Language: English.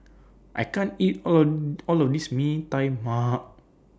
I can't eat All of All of This Mee Tai Mak